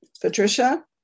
Patricia